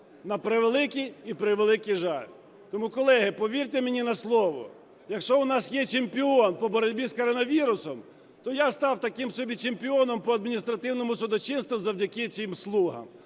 на превеликий і превеликий жаль. Тому, колеги, повірте мені на слово, якщо у нас є чемпіон по боротьбі з коронавірусом, то я став таким собі чемпіоном по адміністративному судочинству завдяки цим "слугам".